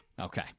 Okay